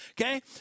okay